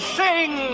sing